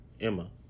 Emma